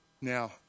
Now